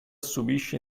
subisce